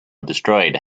destroyed